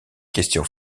questions